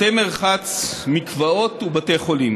בתי מרחץ, מקוואות ובתי חולים.